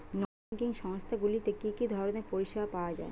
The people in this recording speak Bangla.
নন ব্যাঙ্কিং সংস্থা গুলিতে কি কি ধরনের পরিসেবা পাওয়া য়ায়?